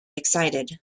excited